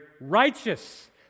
righteous